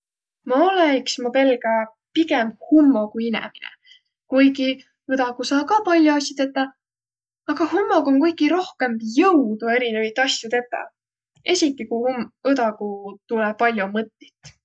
Ma olõ iks, ma pelgä, pigemb hummoguinemine, kuigi õdagu saa ka pall'o asju tetäq, aga hummogu om kuiki rohkõmb jõudu erinevit asjo tetäq, esiki ku õdagu tulõ pall'o mõttit.